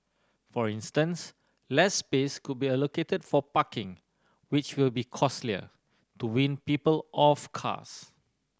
for instance less space could be allocated for parking which will be costlier to wean people off cars